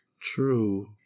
True